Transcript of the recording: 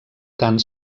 tant